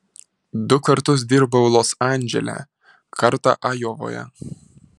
du kartus dirbau los andžele kartą ajovoje